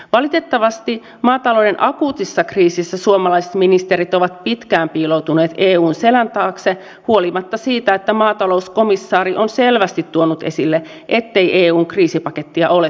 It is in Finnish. valitettavasti maatalouden akuutissa kriisissä suomalaiset ministerit ovat pitkään piiloutuneet eun selän taakse huolimatta siitä että maatalouskomissaari on selvästi tuonut esille ettei eun kriisipakettia ole tulossa